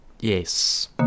yes